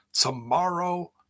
tomorrow